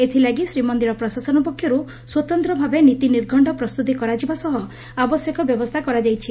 ଏଥିଲାଗି ଶ୍ରୀ ମନ୍ଦିର ପ୍ରଶାସନ ପକ୍ଷରୁ ସ୍ୱତନ୍ତ ଭାବେ ନୀତି ନିର୍ଘକ୍କ ପ୍ରସ୍ତୁତି କରାଯିବା ସହ ଆବଶ୍ୟକ ବ୍ୟବସ୍ରା କରାଯାଇଛି